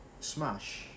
Smash